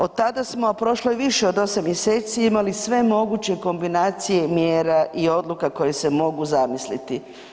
Od tada smo, prošlo je više od 8 mjeseci imali sve moguće kombinacije mjera i odluka koje se mogu zamisliti.